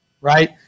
right